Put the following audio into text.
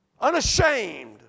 unashamed